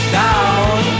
down